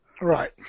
Right